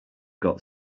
got